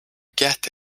get